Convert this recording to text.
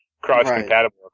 cross-compatible